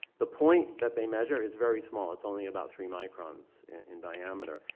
the point that they measure is very small, it's only about three microns in diameter.